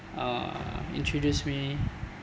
uh introduce me